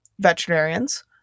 veterinarians